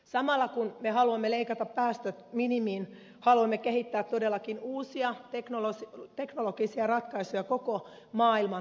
samalla kun me haluamme leikata päästöt minimiin haluamme kehittää todellakin uusia teknologisia ratkaisuja koko maailman tarpeeseen